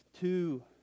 Two